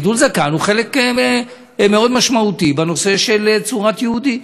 גידול זקן הוא חלק משמעותי מאוד בנושא של צורת יהודי.